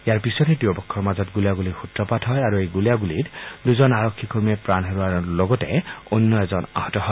ইয়াৰ পিছতেই দুয়ো পক্ষৰ মাজত গুলীয়াণুলীৰ সূত্ৰপাত হয় আৰু এই গুলীণুলীত দুজন আৰক্ষী কৰ্মীয়ে প্ৰাণ হেৰুওৱাৰ লগতে অন্য এজন আহত হয়